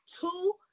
two